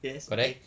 yes okay